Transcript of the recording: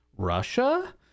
russia